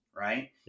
Right